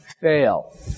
fail